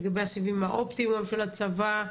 לגבי הסיבים האופטיים של הצבא,